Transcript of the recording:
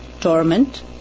torment